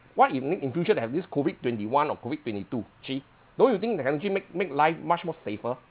what if make in future they have this COVID twenty one or COVID twenty two jay don't you think the country make make life much more safer